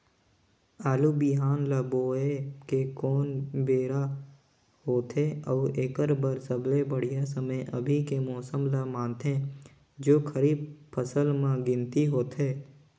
आलू बिहान ल बोये के कोन बेरा होथे अउ एकर बर सबले बढ़िया समय अभी के मौसम ल मानथें जो खरीफ फसल म गिनती होथै?